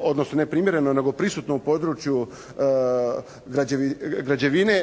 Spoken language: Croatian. odnosno ne primjereno nego prisutno u području građevine,